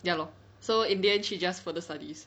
ya lor so in the end she just further studies